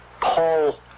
Paul